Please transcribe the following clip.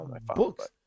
books